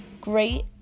Great